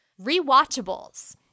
Rewatchables